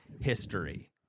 history